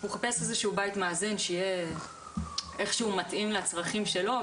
הוא חיפש איזשהו בית מאזן שיהיה מתאים איכשהו לצרכים שלו,